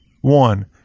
One